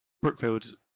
Brookfield